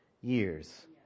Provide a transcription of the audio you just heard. years